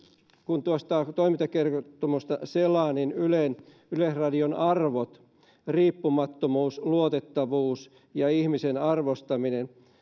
kun tuota toimintakertomusta selaa niin yleisradion arvot riippumattomuus luotettavuus ja ihmisen arvostaminen